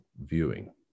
viewing